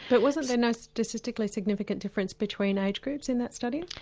but wasn't there no statistically significance difference between age groups in that study?